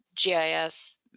GIS